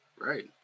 Right